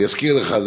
ואני אזכיר לך,